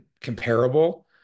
comparable